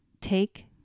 Take